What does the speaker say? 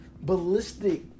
ballistic